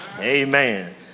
amen